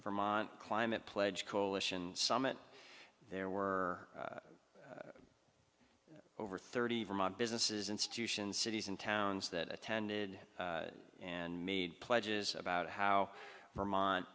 vermont climate pledge coalition summit there were over thirty vermont businesses institutions cities and towns that attended and made pledges about how vermont